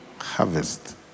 Harvest